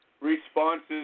responses